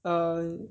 um